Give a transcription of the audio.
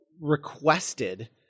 Requested